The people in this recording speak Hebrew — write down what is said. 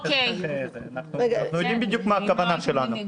אנחנו יודעים בדיוק מה הכוונה שלנו,